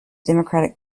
democratic